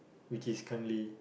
which is currently